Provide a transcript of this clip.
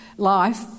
life